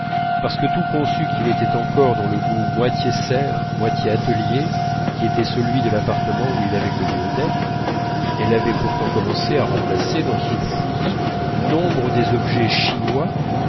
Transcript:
parce que tout conçu qu'il était encore dans le goût moitié serre moitié atelier qui était celui de l'appartement où il avait connu odette elle avait pourtant commencé à remplacer dans ce fouillis nombre des objets chinois